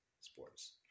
sports